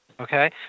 Okay